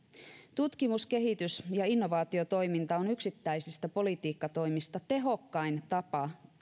tutkimus kehitys ja innovaatiotoiminta on yksittäisistä politiikkatoimista tehokkain tapa